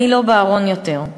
אני לא בארון יותר,